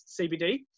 CBD